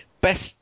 Best